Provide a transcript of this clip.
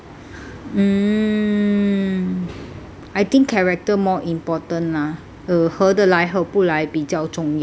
mm I think character more important lah uh 合得来合不来比较重要